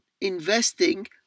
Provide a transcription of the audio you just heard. investing